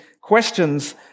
Questions